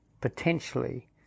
potentially